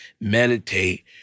meditate